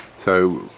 so,